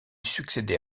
succédait